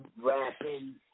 rapping